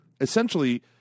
essentially